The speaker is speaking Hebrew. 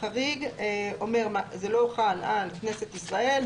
החריג אומר: זה לא חל על כנסת ישראל,